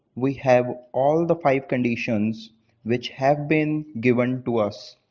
we have all the five conditions which have been given to us.